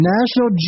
National